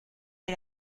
des